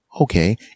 okay